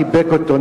חיבק אותו,